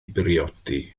briodi